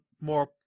more